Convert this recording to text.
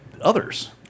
others